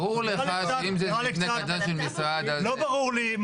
ברור לך שאם זה מבנה קטן של משרד --- לא ברור לי,